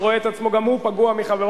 שרואה את עצמו גם הוא פגוע מחברו,